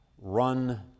run